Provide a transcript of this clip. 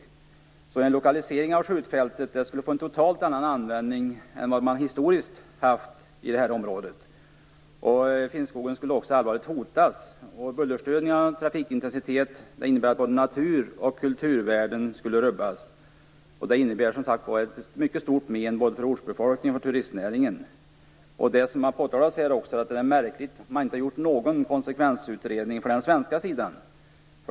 En sådan här lokalisering av skjutfältet skulle därför innebära en helt annan användning av det här området än vad man historiskt har haft. Finnskogen skulle också allvarligt hotas. Bullerstörningarna och trafikintensiteten skulle få till följd att både natur och kulturvärden skulle rubbas. Det innebär, som sagt, mycket stora olägenheter för både ortsbefolkningen och turistnäringen. Det är märkligt, vilket har påpekats, att man inte har gjort någon konsekvensutredning vad gäller den svenska sidan.